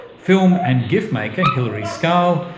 film and gif maker hilari scarl,